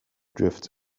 drifts